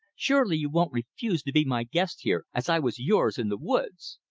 surely you won't refuse to be my guest here, as i was yours in the woods!